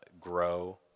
grow